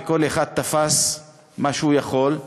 וכל אחד תפס מה שהוא יכול,